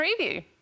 preview